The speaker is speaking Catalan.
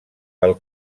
pel